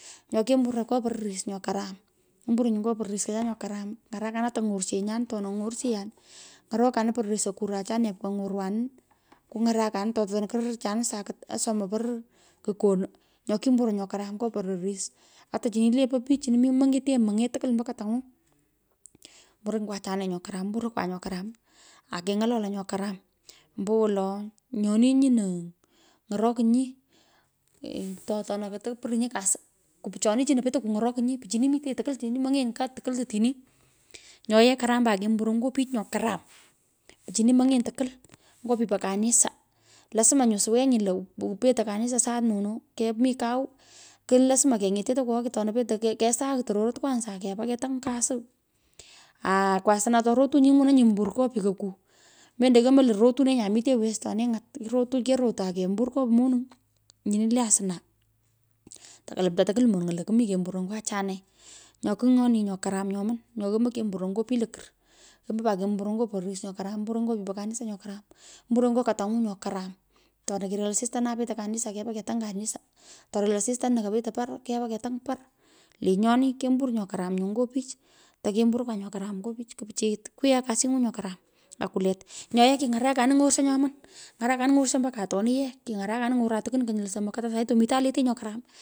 Nyo kyomburon nyo pororis nyo karam, omburon nyu ngo pororiskochan nyo karam, ny’urakunin atu ng’rushenyan atona ny’orshiyan, ny’orokanin pororis akuran achane pka ny’orwanin kuny’arukani. Fo otino kererchanin sakit asomon poror. Kukonu nyo kimburoi nyo karam nyo pororis atu chini le po pich chini mitenyi monye tukwol ombo kutany’u, mouronyi ngo achane nyo karam, mburokwa nyo karam ake ng’ololoi nya karam, ombowolo nyoni ny’orokinyi, to atona koto pirinyi, kasi, ku pichoni chino petei kuny’okinyii, pichi, mitenyii tukwul otini mony’enyi tukwul otinin. Nyo yee karam pat kemboroi nyo pich nyo karam, pichini mony’enyi. tukwul, nyo pipo kanisa. lasima nyo suwenyi lo pere, kanisa saa nono, kemi kau, ku lasma keng’etyo tokwogho ku atona petei kesugh tororot kwanza akepaa ketany kasi aku asna uteurotunyi ingwunanyi, mbur ngo pikoko, mendo yomoi lo rutunenyi mbor nyo pikoku mendo yomoi lo rutunenyi a mitenyi westone ang’ut. Keroto akember nyo monuny’o nyino le asna tukulumtu monuny’o tukwol lo mi kemboroi nyo achone nyo kigh nyoni nyo karam nyoman, oyo yomoi, kemburo, ngo pich lokur. Yomoi pay kemburoi, nyo pororis nyo karam, imburonyi, nyo pipo kanisa nyo karam, imburonyi, nyo katung’u nyo karam torol asisto nai petei kanisa kepa kerung kanisa, to rel asistanino kopetei par kepu ketang par. lenyoni kembur nyo karam nyu nyo pich. Teremburokwa nyo karam nyo pich kupichiyit. kwigha kasing’u karam akulet nyo yee, kiny’arakunin ny’orshe nyoman ng'arukanin ng'orsho mbaka atoni yee king’oraknin any’oran tukwon kinyil sompk atu sai mitan letee nyo karam.